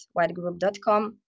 whitegroup.com